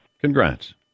Congrats